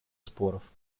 споров